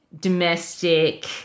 domestic